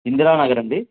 ఇందిర నగర్ అండి